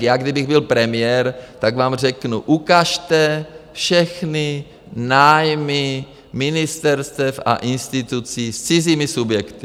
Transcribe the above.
Já kdybych byl premiér, tak vám řeknu: ukažte všechny nájmy ministerstev a institucí s cizími subjekty.